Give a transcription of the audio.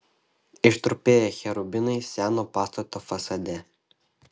ištrupėję cherubinai seno pastato fasade